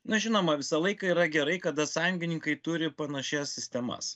na žinoma visą laiką yra gerai kada sąjungininkai turi panašias sistemas